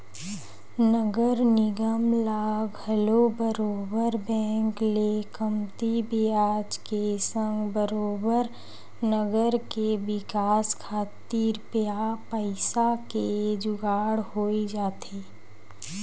नगर निगम ल घलो बरोबर बेंक ले कमती बियाज के संग बरोबर नगर के बिकास खातिर पइसा के जुगाड़ होई जाथे